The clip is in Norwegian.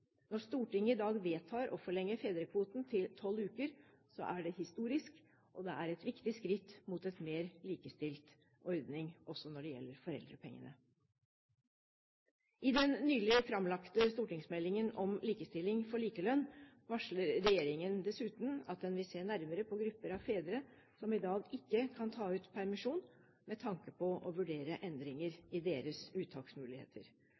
Når Stortinget i dag vedtar å forlenge fedrekvoten til tolv uker, er det historisk, og det er et viktig skritt mot en mer likestilt ordning også når det gjelder foreldrepengene. I den nylig framlagte stortingsmeldingen om likestilling for likelønn varsler regjeringen dessuten at den vil se nærmere på grupper av fedre som i dag ikke kan ta ut permisjon, med tanke på å vurdere endringer i deres uttaksmuligheter.